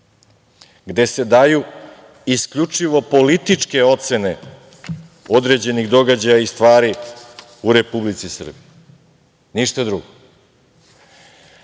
gde se daju isključivo političke ocene određenih događaja i stvari u Republici Srbiji. Ništa drugo. Da